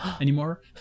anymore